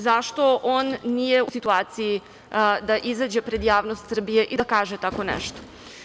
Zašto on nije u situaciji da izađe pred javnost Srbije i da kaže tako nešto?